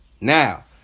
Now